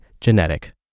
genetic